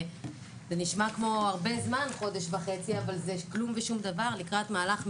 זה נשמע כמו הרבה זמן חודש וחצי אבל זה כלום ושום דבר לקראת מהלך מאוד,